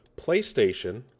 PlayStation